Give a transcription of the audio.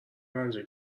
رنجه